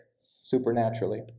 supernaturally